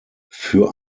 für